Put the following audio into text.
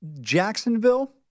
Jacksonville –